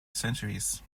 centuries